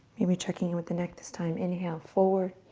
maybe checking with the neck this time inhale, forward,